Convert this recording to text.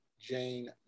Jane